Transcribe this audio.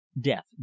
death